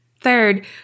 Third